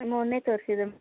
ಮೊನ್ನೆ ತೋರ್ಸಿದ್ದು